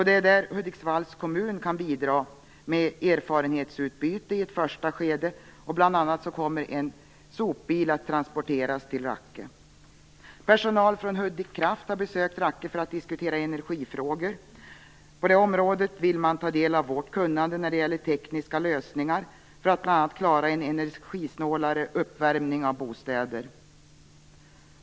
Det är här som Hudiksvalls kommun kan bidra med erfarenhetsutbyte i ett första skede. Bl.a. kommer en sopbil att transporteras till Rakke. Personal från Hudik Kraft har besökt Rakke för att diskutera energifrågor. På det området vill man ta del av vårt kunnande när det gäller tekniska lösningar för att bl.a. klara en energisnålare uppvärmning av bostäder.